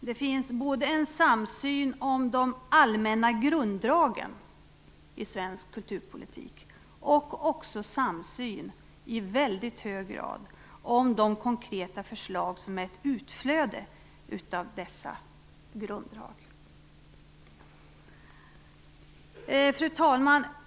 Det finns både en samsyn om de allmänna grunddragen i svensk kulturpolitik och också samsyn i väldigt hög grad om de konkreta förslag som är ett utflöde av dessa grunddrag. Herr talman!